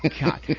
God